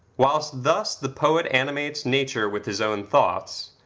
whilst thus the poet animates nature with his own thoughts,